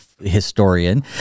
historian